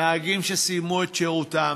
נהגים שסיימו את שירותם,